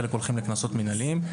חלק הולכים לקנסות מנהליים,